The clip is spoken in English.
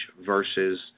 versus